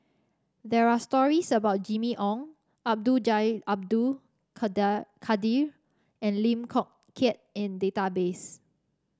there are stories about Jimmy Ong Abdul Jalil Abdul Kadir and Lim Chong Keat in database